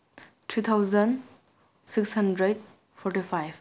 three thousand six hundred forty five